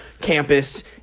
campus